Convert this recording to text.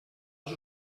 als